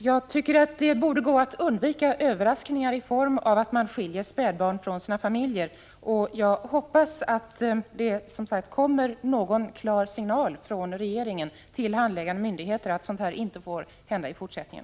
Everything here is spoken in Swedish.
Herr talman! Det borde gå att undvika sådana överraskningar som att spädbarn skiljs från sina familjer. Jag hoppas, som sagt, att det kommer en klar signal från regeringen till handläggande myndigheter om att sådant här inte får hända i fortsättningen.